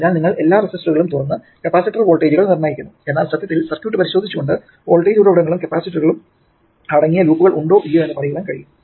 അതിനാൽ നിങ്ങൾ എല്ലാ റെസിസ്റ്ററുകളും തുറന്ന് കപ്പാസിറ്റർ വോൾട്ടേജുകൾ നിർണ്ണയിക്കുന്നു എന്നാൽ സത്യത്തിൽ സർക്യൂട്ട് പരിശോധിച്ചുകൊണ്ട് വോൾട്ടേജ് ഉറവിടങ്ങളും കപ്പാസിറ്ററുകളും അടങ്ങിയ ലൂപ്പുകൾ ഉണ്ടോ ഇല്ലയോ എന്ന് പറയാൻ കഴിയും